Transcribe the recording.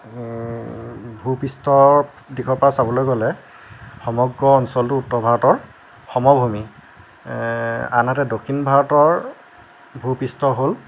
ভূ পৃষ্ঠৰ দিশৰ পৰা চাবলৈ গ'লে সমগ্ৰ অঞ্চলটো উত্তৰ ভাৰতৰ সমভূমি আনহাতে দক্ষিণ ভাৰতৰ ভূ পৃষ্ঠ হ'ল